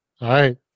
right